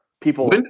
people